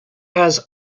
has